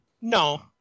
No